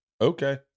Okay